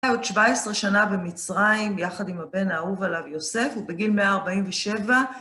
היה עוד 17 שנה במצרים, יחד עם הבן האהוב עליו, יוסף, הוא בגיל 147.